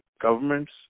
governments